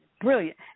brilliant